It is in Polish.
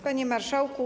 Panie Marszałku!